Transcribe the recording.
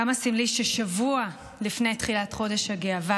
כמה סמלי ששבוע לפני תחילת חודש הגאווה